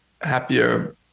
happier